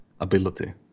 ability